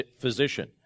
physician